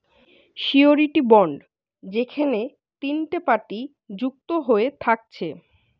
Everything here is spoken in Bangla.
সিওরীটি বন্ড যেখেনে তিনটে পার্টি যুক্ত হয়ে থাকছে